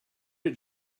did